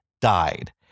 died